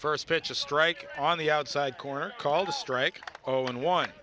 first pitch a strike on the outside corner called a strike oh and one